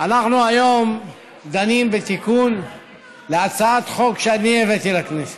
אנחנו היום דנים בתיקון להצעת חוק שאני הבאתי לכנסת.